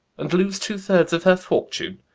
and lose two-thirds of her fortune?